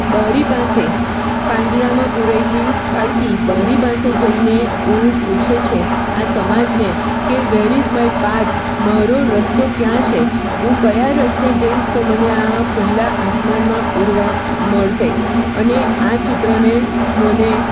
બારી પાસે પાંજરામાં પુરાએલી બાળકી બારી પાસે જઈને એવું પૂછે છે આ સમાજને કે વેર ઈઝ માય પાથ મારો રસ્તો ક્યાં છે હું કયા રસ્તે જઈશ તો મને આ ખુલ્લા આસમાનમાં ઉડવા મળશે અને આ ચિત્રને મને